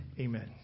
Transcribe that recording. amen